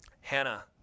Hannah